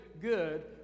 good